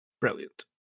Brilliant